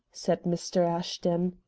said mr. ashton.